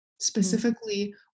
Specifically